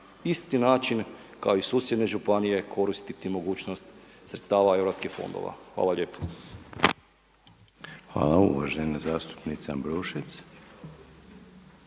isti način kao i susjedne županije koristiti mogućnost sredstava EU fondova. Hvala lijepo. **Reiner,